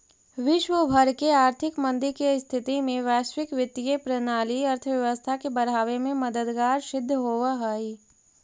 विश्व भर के आर्थिक मंदी के स्थिति में वैश्विक वित्तीय प्रणाली अर्थव्यवस्था के बढ़ावे में मददगार सिद्ध होवऽ हई